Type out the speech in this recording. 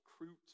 Recruit